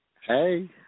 Hey